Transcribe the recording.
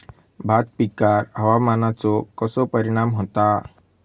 भात पिकांर हवामानाचो कसो परिणाम होता?